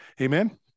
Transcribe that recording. Amen